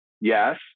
Yes